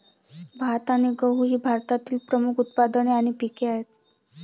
भात आणि गहू ही भारतातील प्रमुख उत्पादने आणि पिके आहेत